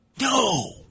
No